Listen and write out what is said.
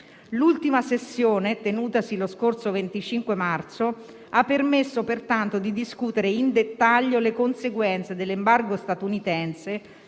L'ultima sessione, tenutasi lo scorso 25 marzo, ha permesso pertanto di discutere in dettaglio le conseguenze dell'embargo statunitense